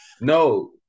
No